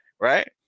right